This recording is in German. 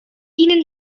ihnen